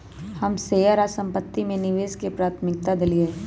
हम शेयर आऽ संपत्ति में निवेश के प्राथमिकता देलीयए